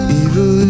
evil